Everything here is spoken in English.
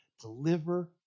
deliver